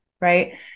Right